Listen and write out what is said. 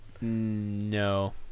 No